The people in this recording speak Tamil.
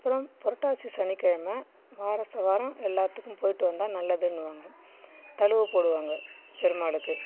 அப்புறம் புரட்டாசி சனிக்கிழமை வார ச வாரம் எல்லாத்துக்கும் போய்விட்டு வந்தால் நல்லதுன்னுவாங்க தளுகை போடுவாங்க பெருமாளுக்கு